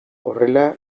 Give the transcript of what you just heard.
horrela